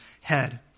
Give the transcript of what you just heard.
head